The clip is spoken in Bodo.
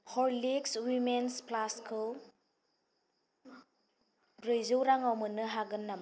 हरलिक्स उइमेन्स प्लास खौ ब्रैजौ राङाव मोननो हागोन नामा